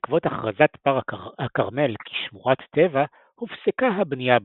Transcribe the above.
בעקבות הכרזת פארק הכרמל כשמורת טבע הופסקה הבנייה במקום,